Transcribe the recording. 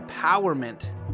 empowerment